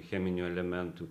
cheminių elementų